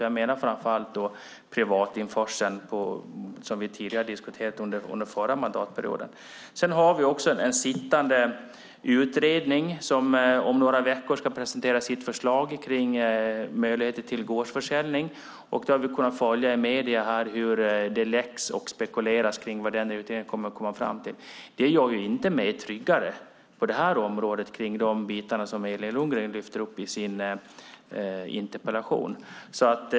Jag menar framför allt införseln som vi tidigare diskuterat under förra mandatperioden. Vi har också en utredning som om några veckor ska presentera sitt förslag om möjligheter till gårdsförsäljning. Vi har kunnat följa i medierna hur det läcks och spekuleras i vad den utredningen kommer att komma fram till. Det gör mig inte tryggare på det här området om de bitar som Elin Lundgren lyfter upp i sin interpellation.